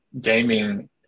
gaming